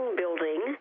building